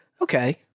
okay